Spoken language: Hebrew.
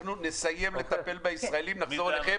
אנחנו נסיים לטפל בישראלים ונחזור אליכם,